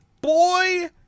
boy